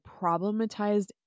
problematized